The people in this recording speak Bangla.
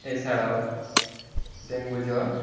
এছাড়াও ডেঙ্গু জ্বর